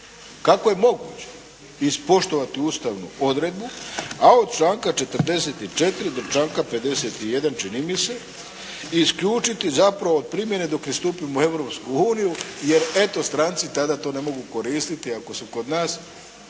Kako je moguće ispoštivati ustavnu odredbu a od članka 44. do članka 51. čini mi se isključiti zapravo primjene dok ne stupimo u Europsku uniju jer eto, stranci tada to ne mogu koristiti ako su kod nas…